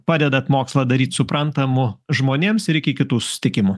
padedat mokslą daryt suprantamu žmonėms ir iki kitų susitikimų